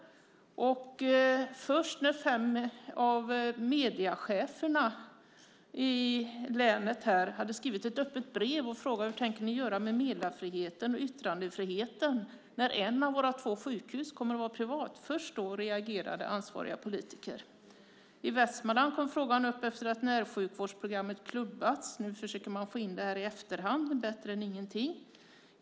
Först när fem av mediecheferna i länet hade skrivit ett öppet brev och frågat hur man hade tänkt göra med meddelar och yttrandefriheten när ett av två sjukhus skulle komma att vara privat reagerade ansvariga politiker. I Västmanland kom frågan upp efter att närsjukvårdsprogrammet klubbats. Nu försöker man få in det här i efterhand. Det är ju bättre än ingenting.